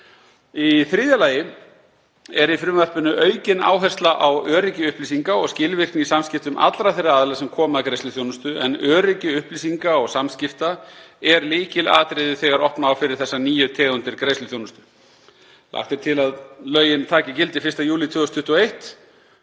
Í þriðja lagi er í frumvarpinu aukin áhersla á öryggi upplýsinga og skilvirkni í samskiptum allra þeirra aðila sem koma að greiðsluþjónustu en öryggi upplýsinga og samskipta er lykilatriði þegar opna á fyrir þessar nýju tegundir greiðsluþjónustu. Lagt er til að lögin taki gildi 1. júlí 2021